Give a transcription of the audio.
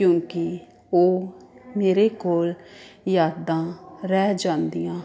ਕਿਉਂਕਿ ਉਹ ਮੇਰੇ ਕੋਲ ਯਾਦਾਂ ਰਹਿ ਜਾਂਦੀਆਂ